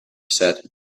said